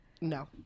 No